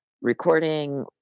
recording